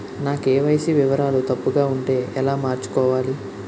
నా కే.వై.సీ వివరాలు తప్పుగా ఉంటే ఎలా మార్చుకోవాలి?